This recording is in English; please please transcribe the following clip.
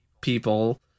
people